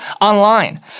online